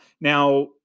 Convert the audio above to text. Now